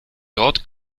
dort